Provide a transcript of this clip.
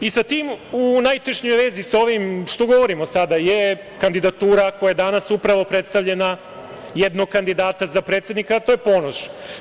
I sa tim u najtešnjoj vezi, o ovome što govorim sada, jeste kandidatura koja je danas upravo predstavljena jednog kandidata za predsednika, a to je Ponoš.